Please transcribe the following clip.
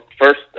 first